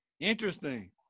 Interesting